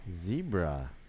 Zebra